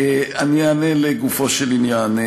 אני אענה לגופו של עניין.